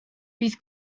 bydd